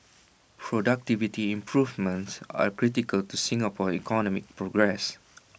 productivity improvements are critical to Singapore's economic progress